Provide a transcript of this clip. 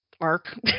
Mark